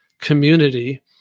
community